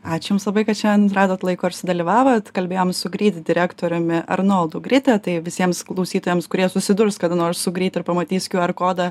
ačiū jums labai kad šiandien radot laiko ir sudalyvavot kalbėjom su gryt direktoriumi arnoldu grite tai visiems klausytojams kurie susidurs kada nors su gryt ir pamatys qr kodą